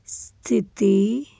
ਸਥਿਤੀ